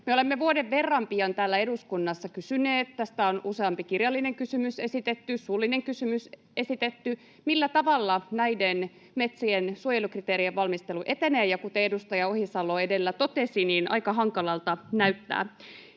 olemme vuoden verran pian täällä eduskunnassa kysyneet — tästä on useampi kirjallinen ja suullinen kysymys esitetty — millä tavalla näiden metsien suojelukriteerien valmistelu etenee. Kuten edustaja Ohisalo edellä totesi, niin aika hankalalta näyttää.